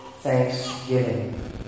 thanksgiving